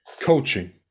coaching